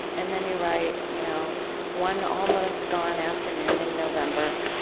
and then you write, you know one almost-gone afternoon in november,